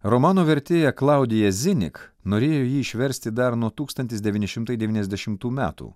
romano vertėja klaudija zinik norėjo jį išversti dar nuo tūkstantis devyni šimtai devyniasdešimtų metų